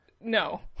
No